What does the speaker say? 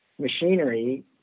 machinery